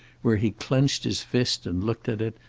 where he clenched his fist and looked at it,